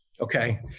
okay